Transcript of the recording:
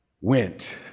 went